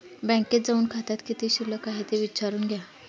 बँकेत जाऊन खात्यात किती शिल्लक आहे ते विचारून घ्या